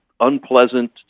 unpleasant